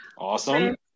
Awesome